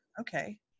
okay